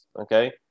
Okay